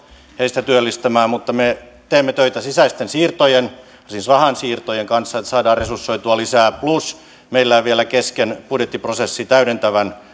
heistä työllistämään mutta me teemme töitä sisäisten siirtojen siis rahansiirtojen kanssa että saadaan resursoitua lisää plus meillä on vielä kesken budjettiprosessi täydentävän